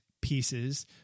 pieces